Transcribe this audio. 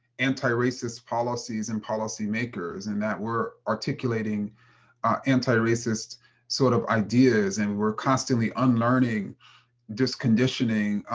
anti-racist policies and policy makers. and that we're articulating our anti-racist sort of ideas, and we're constantly unlearning this conditioning.